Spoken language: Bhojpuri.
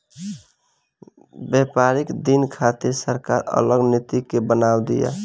व्यापारिक दिन खातिर सरकार अलग नीति के बनाव तिया